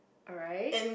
alright